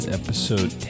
episode